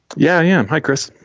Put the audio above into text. yeah, yeah. hi, chris.